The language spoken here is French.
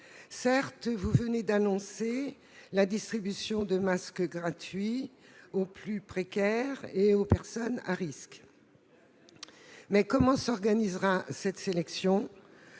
ministre, vous venez d'annoncer la distribution de masques gratuits aux plus précaires et aux personnes à risque. Mais comment sera organisée la sélection ?